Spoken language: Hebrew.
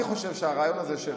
אני חושב שהרעיון הזה,